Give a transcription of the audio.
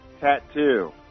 tattoo